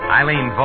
Eileen